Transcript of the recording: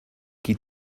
qui